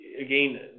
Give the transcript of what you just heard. again